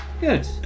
Good